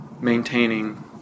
maintaining